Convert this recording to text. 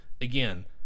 again